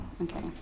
Okay